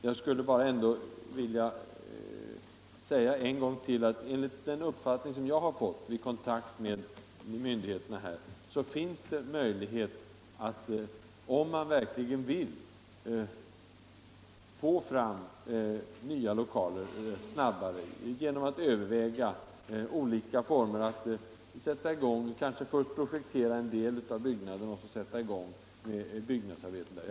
Jag skulle ytterligare vilja säga att det enligt min uppfattning, som jag fått vid mina kontakter med myndigheterna, finns möjlighet att, om man verkligen vill, snabbare få fram nya lokaler genom att man överväger olika former att gå till väga, kanske genom att först projektera en del av byggnaden och starta byggnadsarbetet där.